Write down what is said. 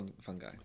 fungi